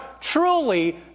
truly